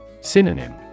Synonym